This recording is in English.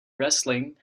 wrestling